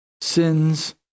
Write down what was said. sins